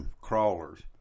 crawlers